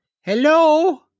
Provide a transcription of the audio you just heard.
Hello